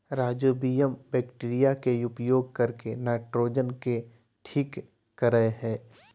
rhizobium bacteria के उपयोग करके नाइट्रोजन के ठीक करेय हइ